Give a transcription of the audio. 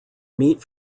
meat